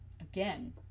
again